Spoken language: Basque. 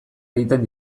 egiten